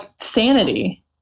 sanity